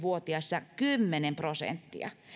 vuotiaissa kymmenen prosenttia